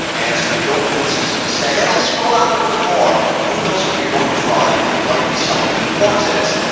and so, the dopamine system is saying, just scroll down a little bit more. who knows what you're going to find. it might be something important.